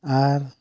ᱟᱨ